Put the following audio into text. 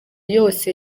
yose